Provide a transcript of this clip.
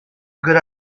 good